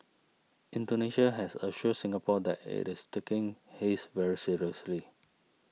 Indonesia has assured Singapore that it is taking haze very seriously